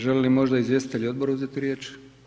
Želi li možda izvjestitelj odbora uzeti riječ?